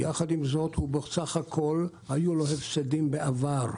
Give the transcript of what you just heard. ויחד עם זאת, בסך הכל היו לו הפסדים בעבר.